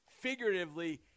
figuratively